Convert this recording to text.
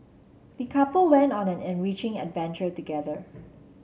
the couple went on an enriching adventure together